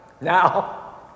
Now